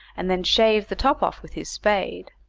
and then shaved the top off with his spade.